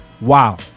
Wow